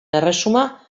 erresuma